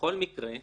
בכל מקרה,